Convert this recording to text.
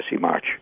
March